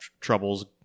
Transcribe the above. troubles